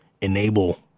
enable